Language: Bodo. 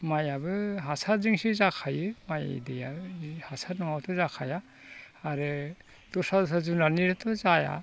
माइआबो हासारजोंसो जाखायो माइ दैयाबो हासार नङाब्ला जाखाया आरो दस्रा दस्रा जुनादनियाथ' जाया